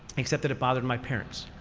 except that it bothered my parents,